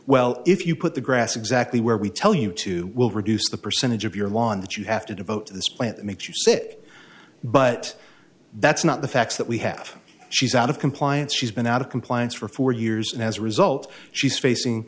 well if you put the grass exactly where we tell you to will reduce the percentage of your lawn that you have to devote to this plant makes you sick but that's not the facts that we have she's out of compliance she's been out of compliance for four years and as a result she's facing